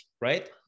right